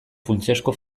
funtsezko